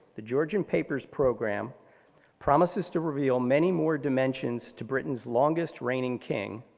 the georgian papers programme promises to reveal many more dimensions to britain's longest reigning king,